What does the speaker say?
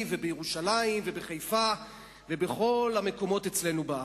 ובירושלים ובחיפה ובכל המקומות אצלנו בארץ: